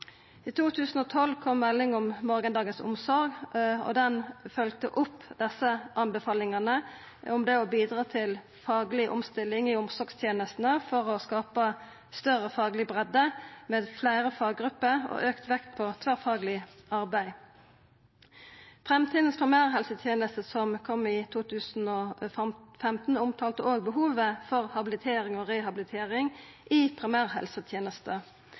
I 2012 kom meldinga Morgendagens omsorg, og den følgde opp desse tilrådingane om det å bidra til fagleg omstilling i omsorgstenestene for å skapa større fagleg breidde med fleire faggrupper og auka vekt på tverrfagleg arbeid. Meldinga Fremtidens primærhelsetjeneste, som kom i 2015, omtala òg behovet for habilitering og rehabilitering i